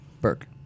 Burke